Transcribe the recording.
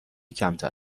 کمتر